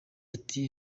ati